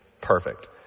Perfect